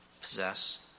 possess